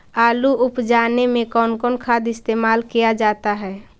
आलू उप जाने में कौन कौन सा खाद इस्तेमाल क्या जाता है?